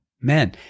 Men